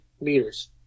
meters